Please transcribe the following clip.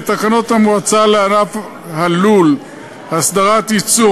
בתקנות המועצה לענף הלול (הסדרת ייצור,